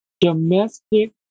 domestic